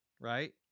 right